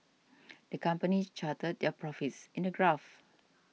the company charted their profits in a graph